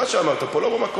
מה שאמרת פה לא במקום.